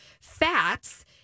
fats